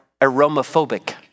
aromophobic